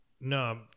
No